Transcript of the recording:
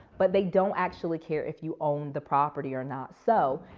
but they don't actually care if you own the property or not. so,